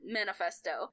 manifesto